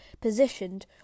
positioned